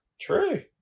True